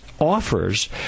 offers